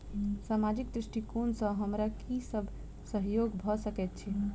सामाजिक दृष्टिकोण सँ हमरा की सब सहयोग भऽ सकैत अछि?